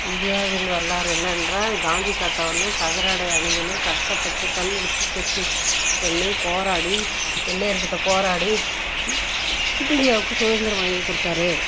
இந்தியாவின் வரலாறு என்ன என்றால் காந்தி தாத்தா வந்து கதர் ஆடை அணிஞ்சுன்னு கஷ்டப்பட்டு கல்லு உளிச்சு செக்கிப் பண்ணி போராடி வெள்ளையருக்கிட்ட போராடி இந்தியாவுக்கு சுதந்திரம் வாங்கி கொடுத்தாரு